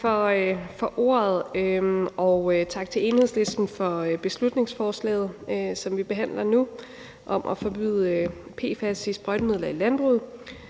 Tak for ordet, og tak til Enhedslisten for beslutningsforslaget, som vi behandler nu, om at forbyde PFAS i sprøjtemidler i landbruget.